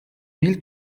mille